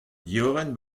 diorren